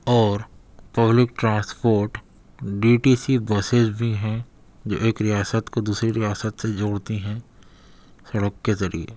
اور public transport D T C buses بھی ہیں جو ایک ریاست کو دوسری ریاست سے جوڑتی ہیں سڑک کے ذریعے